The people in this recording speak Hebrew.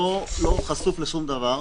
הוא לא חשוף לשום דבר.